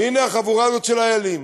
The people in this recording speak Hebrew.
והנה החבורה הזאת של "איילים",